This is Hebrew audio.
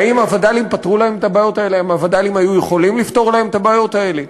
האם הווד"לים פתרו להם את הבעיות האלה?